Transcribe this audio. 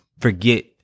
forget